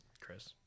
Chris